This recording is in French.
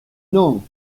non